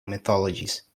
mythologies